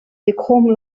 become